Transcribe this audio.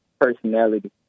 personality